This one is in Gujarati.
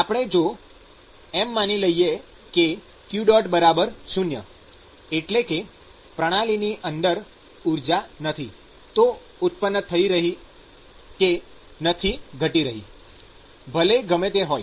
આપણે જો એમ પણ માની લઈએ કે q0 એટલે કે પ્રણાલીની અંદર ઊર્જા નથી તો ઉત્પન્ન થઈ રહી કે નથી ઘટી રહી ભલે ગમે તે હોય